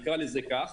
נקרא לזה כך,